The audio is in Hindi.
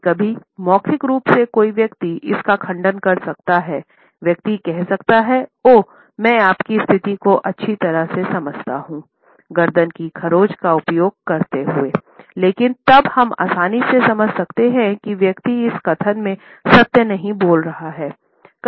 कभी कभी मौखिक रूप से कोई व्यक्ति इसका खंडन कर सकता है व्यक्ति कह सकता है'ओह मैं आपकी स्थिति को अच्छी तरह से समझता हूं' गर्दन की खरोंच का उपयोग करते हुए लेकिन तब हम आसानी से समझ सकते हैं कि व्यक्ति इस कथन में सत्य नहीं बोल रहा है